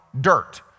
dirt